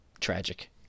tragic